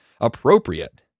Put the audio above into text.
appropriate